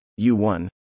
U1